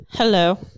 Hello